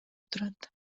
турат